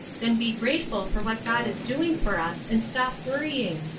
then be grateful for what god is doing for us and stop worrying.